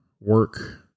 work